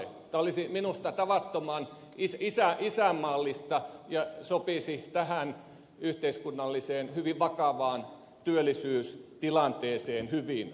tämä olisi minusta tavattoman isänmaallista ja sopisi tähän yhteiskunnalliseen hyvin vakavaan työllisyystilanteeseen hyvin